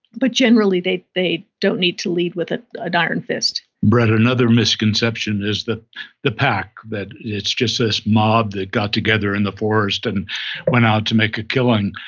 but generally they they don't need to lead with an an iron fist brett, another misconception is that the pack, that it's just this mob that got together in the forest and went out to make a killing.